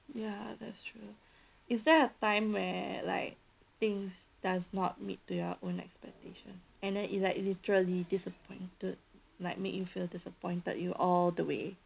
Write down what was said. ya that's true is there a time where like things does not meet to your own expectations and then it's like literally disappointed like make you feel disappointed you all the way